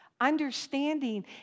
Understanding